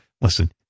listen